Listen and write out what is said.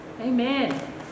amen